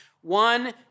One